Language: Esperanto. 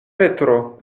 petro